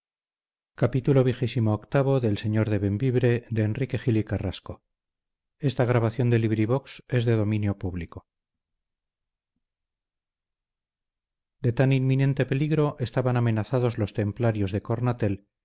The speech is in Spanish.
ellas de tan inminente peligro estaban amenazados los templarios de cornatel